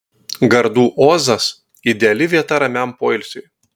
gardų ozas ideali vieta ramiam poilsiui